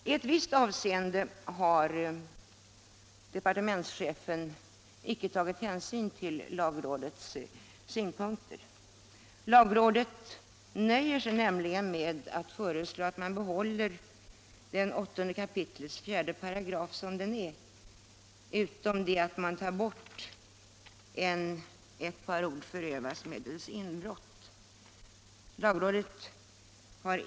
I ett visst avseende har departementschefen icke tagit hänsyn till lagrådets synpunkter. Lagrådet nöjer sig nämligen med att föreslå att man behåller 8 kap. 4 § utan annan ändring än att orden ”förövats medelst inbrott eller” utgår.